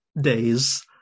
days